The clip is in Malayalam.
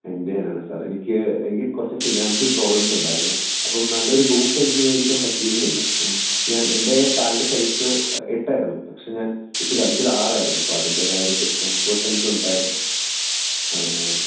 എന്ത് ചെയ്യാനാണ് സർ എനിക്ക് എനിക്ക് കുറച്ചു ഫിനാൻഷ്യൽ പ്രോബ്ലംസ് ഉണ്ടായിരുന്നത് അപ്പം നല്ലൊരു ബൂട്ട് എനിക്ക് മേടിക്കാൻ പറ്റിയിരുന്നില്ല മ്മ് ഞാൻ എൻ്റെ കാലിൻ്റെ സൈസ് എട്ടായിരുന്നു പക്ഷേ ഞാൻ ഇട്ട് കളിച്ചത് ആറായിരുന്നു അപ്പം അതിൻ്റേതായ ഒരു ടിസ്കംഫർട്ട് എനിക്കുണ്ടായിരുന്നു ങാ